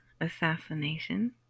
assassination